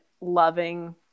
loving